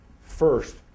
first